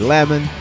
Lemon